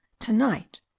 to-night